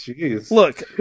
look